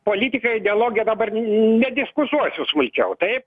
politikai dialoge dabar nediskutuosiu smulkiau taip